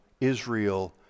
Israel